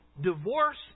divorce